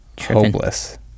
hopeless